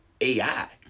AI